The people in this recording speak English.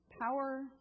Power